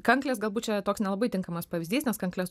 kanklės galbūt čia toks nelabai tinkamas pavyzdys nes kankles